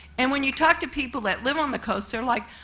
and when you talk to people that live on the coast, they're, like,